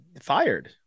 fired